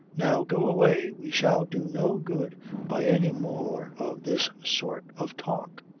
now go away. we shall do no good by any more of this sort of talk.